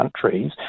countries